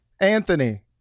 Anthony